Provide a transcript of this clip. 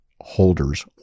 holders